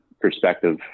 perspective